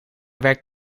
werkt